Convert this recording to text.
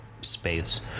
space